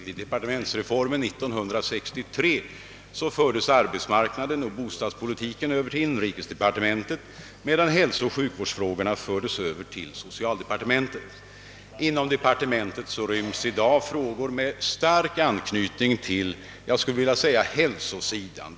Vid departementsreformen år 1963 fördes arbetsmarknaden och bostadspolitiken över till inrikesdepartementet, medan hälsooch sjukvårdsfrågorna fördes över till socialdepartementet. Inom <:departementet ryms i dag frågor med stark anknytning till, jag skulle vilja säga, hälsosidan.